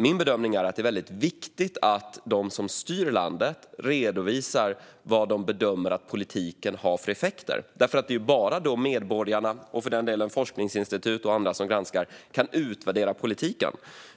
Min bedömning är att det är väldigt viktigt att de som styr landet redovisar vad de bedömer att politiken har för effekter, för det är bara då som medborgarna och för den delen forskningsinstitut och andra som granskar kan utvärdera politiken.